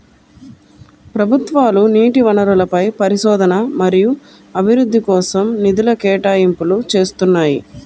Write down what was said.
ప్రభుత్వాలు నీటి వనరులపై పరిశోధన మరియు అభివృద్ధి కోసం నిధుల కేటాయింపులు చేస్తున్నాయి